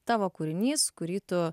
tavo kūrinys kurį tu